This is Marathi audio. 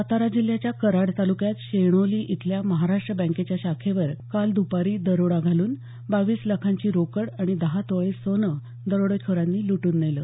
सातारा जिल्ह्याच्या कराड तालुक्यात शेणोली इथल्या महाराष्ट्र बँकेच्या शाखेवर काल दुपारी दरोडा घालून बावीस लाखाची रोकड आणि दहा तोळे सोनं दरोडेखोरांनी लुटून नेलं